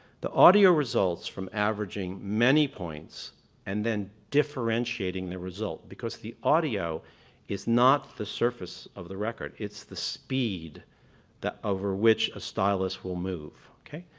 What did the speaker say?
the audio results from averaging many points and then differentiating the result, because the audio is not the surface of the record, it's the speed over which a stylus will move. okay.